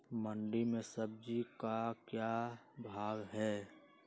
मंडी में सब्जी का क्या भाव हैँ?